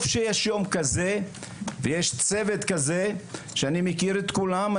טוב שיש יום כזה ויש צוות כזה שאני מכיר את כולם,